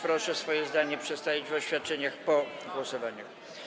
Proszę swoje zdanie przedstawić w oświadczeniach po głosowaniach.